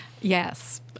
Yes